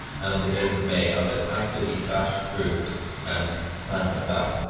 and on the eighth of may. i've just absolutely bashed through and planned about but